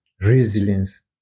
resilience